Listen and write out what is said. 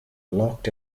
locked